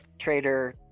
trader